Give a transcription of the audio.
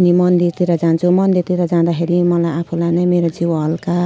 अनि मन्दिरतिर जान्छु मन्दिरतिर जाँदाखेरि मलाई आफैलाई नि मेरो जिउ हल्का